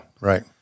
right